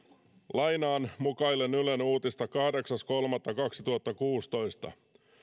lainaan mukaillen ylen uutista kahdeksas kolmatta kaksituhattakuusitoista